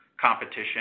competition